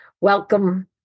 welcome